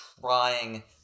trying